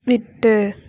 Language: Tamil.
விட்டு